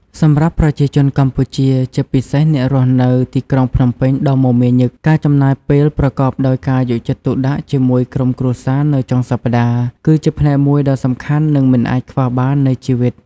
សម្រាប់ប្រជាជនកម្ពុជា ជាពិសេសអ្នករស់នៅទីក្រុងភ្នំពេញដ៏មមាញឹក ការចំណាយពេលប្រកបដោយការយកចិត្តទុកដាក់ជាមួយក្រុមគ្រួសារនៅចុងសប្តាហ៍គឺជាផ្នែកមួយដ៏សំខាន់និងមិនអាចខ្វះបាននៃជីវិត។